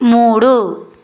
మూడు